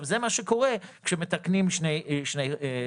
זה מה שקורה כשמתקנים שני חוקים.